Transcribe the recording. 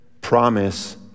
promise